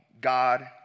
God